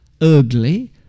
ugly